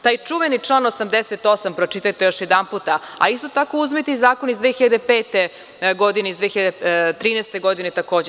Taj čuveni član 88. pročitajte još jedanput, a isto tako uzmite i zakon iz 2005. godine, iz 2013. godine takođe.